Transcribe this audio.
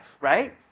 right